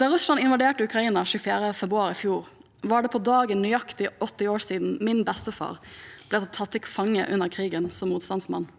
Da Russland invaderte Ukraina 24. februar i fjor, var det på dagen nøyaktig 80 år siden min bestefar som motstandsmann